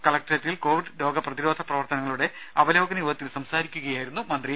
കലക്ട്രേറ്റിൽ കോവിഡ് രോഗപ്രതിരോധ പ്രവർത്തനങ്ങളുടെ അവലോകന യോഗത്തിൽ സംസാരിക്കുകയായിരുന്നു മന്ത്രി